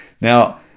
now